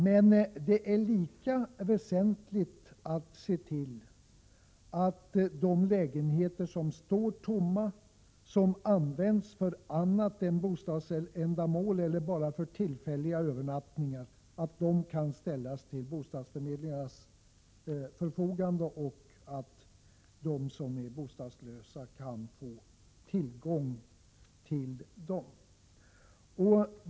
Men det är lika väsentligt att se till att de lägenheter som står tomma, som används för annat än bostadsändamål eller bara för tillfälliga övernattningar, kan ställas till bostadsförmedlingens förfogande så att de som är bostadslösa kan få tillgång till dem.